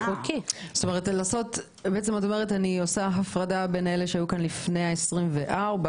בעצם את אומרת שאת עושה הפרדה בין אלה שהיו כאן לפני ה-24 לפברואר,